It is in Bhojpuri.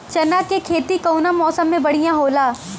चना के खेती कउना मौसम मे बढ़ियां होला?